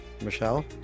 Michelle